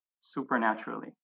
supernaturally